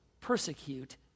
persecute